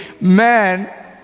man